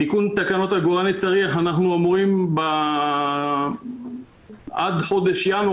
תיקון תקנות עגורני צריח אנחנו אמורים עד חודש ינואר,